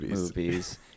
movies